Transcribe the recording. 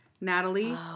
Natalie